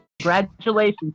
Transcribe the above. Congratulations